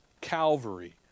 Calvary